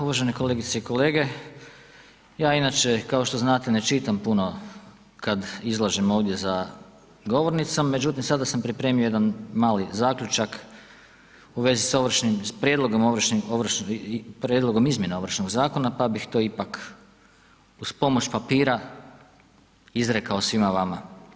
Uvažene kolegice i kolege, ja inače kao što znate ne čitam puno kad izlažem ovdje za govornicom, međutim sada sam pripremio jedan mali zaključak u vezi s prijedlogom izmjena Ovršnog zakona, pa bih to ipak uz pomoć papira izrekao svima vama.